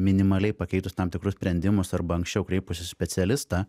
minimaliai pakeitus tam tikrus sprendimus arba anksčiau kreipusis į specialistą